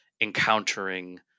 encountering